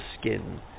skin